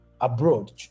abroad